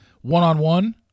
one-on-one